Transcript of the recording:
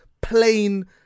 plain